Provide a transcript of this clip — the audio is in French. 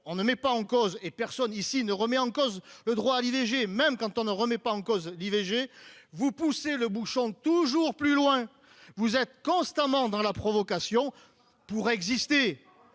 on ne met pas en cause et personne ici ne remet en cause le droit à l'IVG, même quand on ne remet pas en cause l'IVG vous pousser le bouchon toujours plus loin, vous êtes constamment dans la provocation pour exister